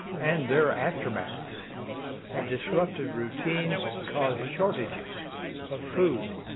and their aftermaths have disrupted routines and caused shortages of food,